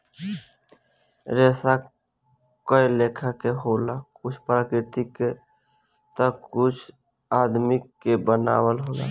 रेसा कए लेखा के होला कुछ प्राकृतिक के ता कुछ आदमी के बनावल होला